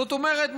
זאת אומרת,